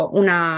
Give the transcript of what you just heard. una